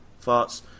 thoughts